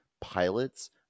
pilots